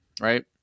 right